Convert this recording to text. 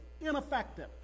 ineffective